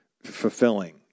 fulfilling